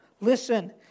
Listen